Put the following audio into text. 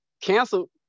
canceled